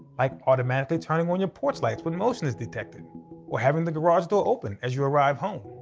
like automatically turning on your porch lights when motion is detected or having the garage door open as you arrive home.